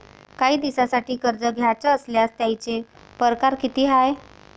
कायी दिसांसाठी कर्ज घ्याचं असल्यास त्यायचे परकार किती हाय?